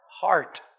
heart